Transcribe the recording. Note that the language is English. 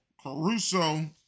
Caruso